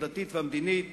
הדתית והמדינית"